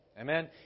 Amen